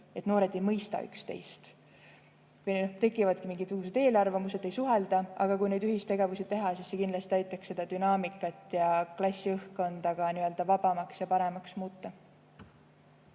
et noored ei mõista üksteist, tekivad mingisugused eelarvamused, ei suhelda. Aga kui neid ühistegevusi teha, siis see kindlasti aitaks seda dünaamikat ja klassi õhkkonda vabamaks ja paremaks muuta.